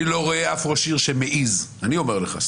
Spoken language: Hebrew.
אני לא רואה אף ראש עיר שמעז וסליחה